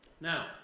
Now